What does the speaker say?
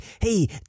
Hey